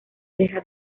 deja